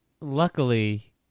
luckily